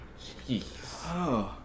Jeez